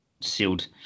sealed